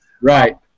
Right